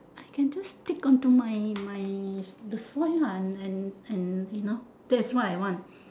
I can just stick onto my my the soil lah and and you know that's what I want